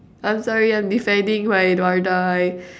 I'm sorry I'm defending my Wardah